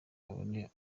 babane